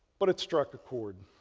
but it struck a chord.